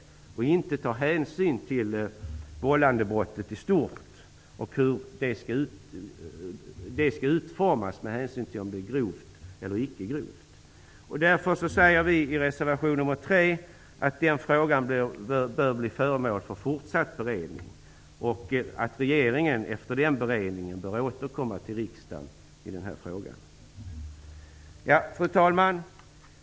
Det tar inte heller hänsyn till vållandebrottet i stort och hur bestämmelsen skall utformas med hänsyn till om brottet är grovt eller icke grovt. Därför säger vi i reservation nr 3 att den frågan bör bli föremål för fortsatt beredning och att regeringen efter denna beredning bör återkomma till riksdagen. Fru talman!